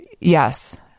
Yes